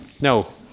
no